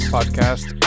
Podcast